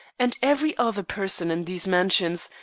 and every other person in these mansions,